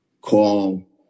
call